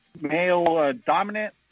male-dominant